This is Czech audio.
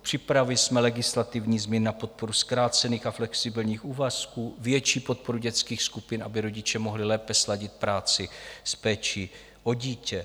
Připravili jsme legislativní změny na podporu zkrácených a flexibilních úvazků, větší podporu dětských skupin, aby rodiče mohli lépe sladit práci s péčí o dítě.